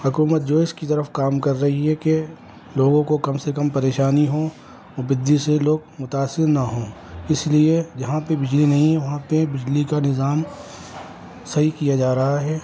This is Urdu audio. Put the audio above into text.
حکومت جو ے اس کی طرف کام کر رہی ہے کہ لوگوں کو کم سے کم پریشانی ہوں اور بدی سے لوگ متاثر نہ ہوں اس لیے جہاں پہ بجلی نہیں ہے وہاں پہ بجلی کا نظام صحیح کیا جا رہا ہے